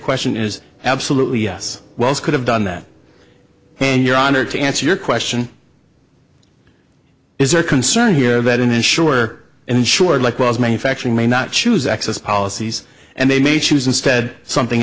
question is absolutely yes wells could have done that and your honor to answer your question is there a concern here that an insurer insured like was manufacturing may not choose excess policies and they may choose instead something